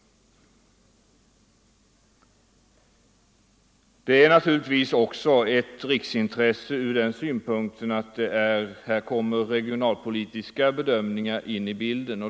Det är också ett riksintresse ur den synpunkten att här kommer regionalpolitiska bedömningar in i bilden.